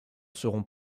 seront